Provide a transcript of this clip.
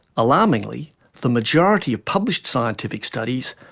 alarmingly the majority of published scientific studies,